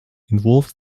involves